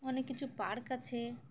অনেক কিছু পার্ক আছে